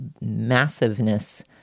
massiveness